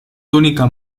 túnica